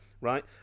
Right